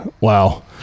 Wow